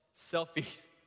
Selfie's